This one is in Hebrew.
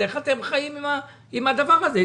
איך אתם חיים עם הדבר הזה?